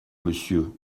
monsieur